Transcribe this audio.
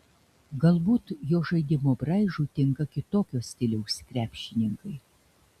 galbūt jo žaidimo braižui tinka kitokio stiliaus krepšininkai